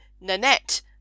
Nanette